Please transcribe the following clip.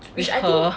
with her